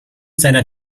seiner